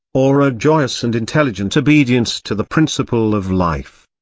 or a joyous and intelligent obedience to the principle of life.